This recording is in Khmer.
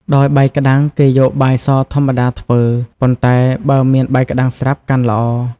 ដោយបាយក្តាំង គេយកបាយសធម្មតាធ្វើ ប៉ុន្តែបើមានបាយក្តាំងស្រាប់កាន់ល្អ។